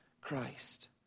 Christ